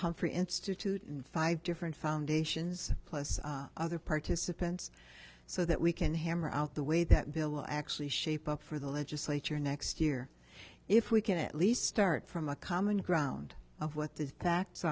humphrey institute in five different foundations plus other participants so that we can hammer out the way that bill actually shape up for the legislature next year if we can at least start from a common ground of what th